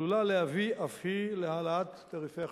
עלולה להביא להעלאת תעריפי החשמל.